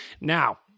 Now